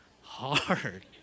hard